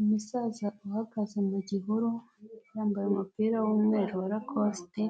Umusaza uhagaze mu gihuru, yambaye umupira w'umweru wa rakosite,